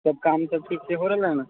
सब काम सब ठीकसँ हो रहले हइ ने